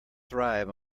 thrive